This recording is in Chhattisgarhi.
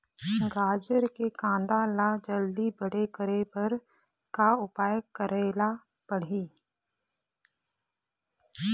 गाजर के कांदा ला जल्दी बड़े करे बर का उपाय करेला पढ़िही?